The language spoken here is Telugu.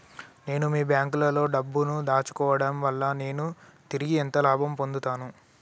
నేను మీ బ్యాంకులో డబ్బు ను దాచుకోవటం వల్ల నేను తిరిగి ఎంత లాభాలు పొందుతాను?